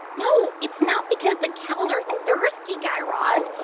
no, it's not because the cows are thirsty, guy raz.